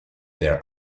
their